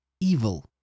evil